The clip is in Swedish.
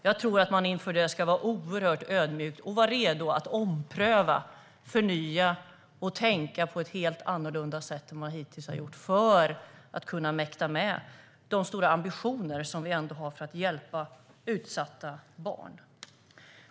Jag tror att man inför det ska vara oerhört ödmjuk och vara redo att ompröva, förnya och tänka på ett helt annorlunda sätt än vad man hittills har gjort för att mäkta med de stora ambitioner som vi ändå har när det gäller att hjälpa utsatta barn.